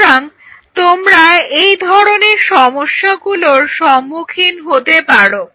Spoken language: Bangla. সুতরাং তোমরা এই ধরনের সমস্যাগুলোর সম্মুখীন হতে পারো